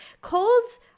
Colds